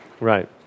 Right